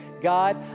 God